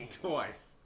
Twice